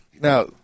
now